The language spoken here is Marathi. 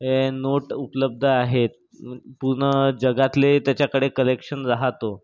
नोट उपलब्ध आहेत पूर्ण जगातले त्याच्याकडे कलेक्शन राहतो